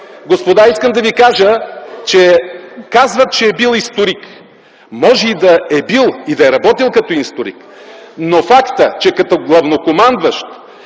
Господа, искам да ви кажа - казват, че е бил историк. Може и да е бил и да е работил като историк, но фактът, че като главнокомандващ